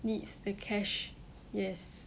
needs the cash yes